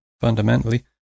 fundamentally